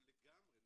לגמרי.